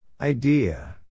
Idea